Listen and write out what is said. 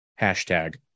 Hashtag